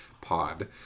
pod